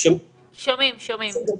שלום לכם.